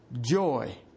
joy